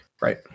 Right